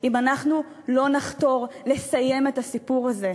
אם אנחנו לא נחתור לסיים את הסיפור הזה,